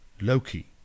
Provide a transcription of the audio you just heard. Loki